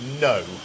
no